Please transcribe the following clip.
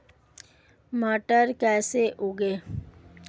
मटर कैसे उगाएं?